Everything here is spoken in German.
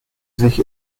sich